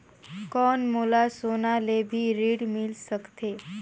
कौन मोला सोना ले भी ऋण मिल सकथे?